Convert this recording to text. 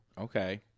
Okay